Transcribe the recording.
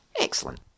Excellent